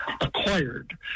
acquired